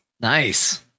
Nice